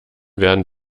werden